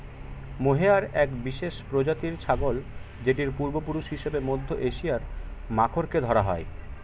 mohair এক বিশেষ প্রজাতির ছাগল যেটির পূর্বপুরুষ হিসেবে মধ্য এশিয়ার মাখরকে ধরা হয়